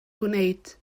gwneud